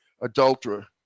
adulterer